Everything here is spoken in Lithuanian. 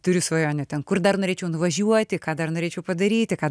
turiu svajonę ten kur dar norėčiau nuvažiuoti ką dar norėčiau padaryti ką